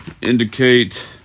indicate